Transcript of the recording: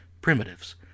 primitives